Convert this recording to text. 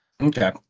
Okay